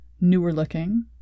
newer-looking